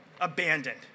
Abandoned